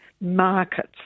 markets